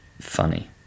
funny